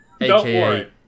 aka